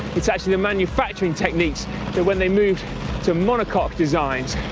it's actually the manufacturing techniques that when they moved to monocoque designs.